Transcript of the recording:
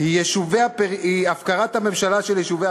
היא הפקרת הממשלה את יישובי